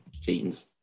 jeans